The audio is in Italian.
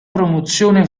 promozione